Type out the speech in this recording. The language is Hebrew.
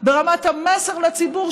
ברמת המסר לציבור,